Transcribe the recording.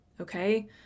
okay